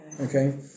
Okay